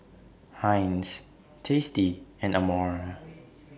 Heinz tasty and Amore